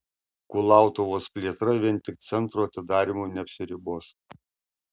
kulautuvos plėtra vien tik centro atidarymu neapsiribos